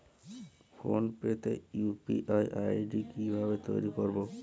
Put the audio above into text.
Phone pay তে UPI ID কি ভাবে তৈরি করবো?